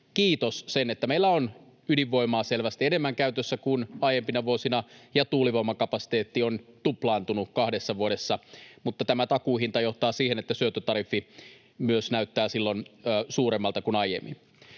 kiitos sen, että meillä on ydinvoimaa selvästi enemmän käytössä kuin aiempina vuosina ja tuulivoimakapasiteetti on tuplaantunut kahdessa vuodessa. Mutta tämä takuuhinta johtaa siihen, että syöttötariffi myös näyttää silloin suuremmalta kuin aiemmin.